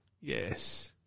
yes